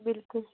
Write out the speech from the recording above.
بِلکُل